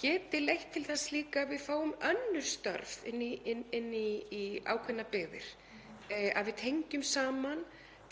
geti leitt til þess að við fáum önnur störf inn í ákveðnar byggðir, að við tengjum saman